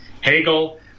Hegel